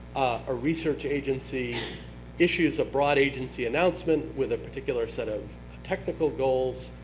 a research agency issues a broad agency announcement with a particular set of technical goals,